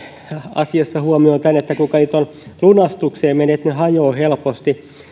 asiassa huomioon tämän että kuinka ne lunastukseen menevät että ne hajoavat helposti